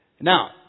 Now